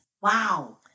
Wow